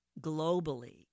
globally